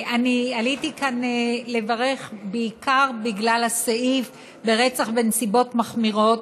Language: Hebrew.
אני עליתי כאן לברך בעיקר בגלל הסעיף ברצח בנסיבות מחמירות,